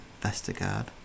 Vestergaard